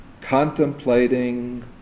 contemplating